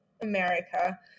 America